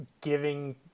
giving